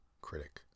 critic